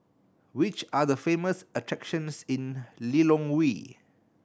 which are the famous attractions in Lilongwe